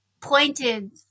pointed